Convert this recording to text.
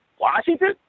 Washington